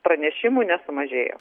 pranešimų nesumažėjo